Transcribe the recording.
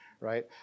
right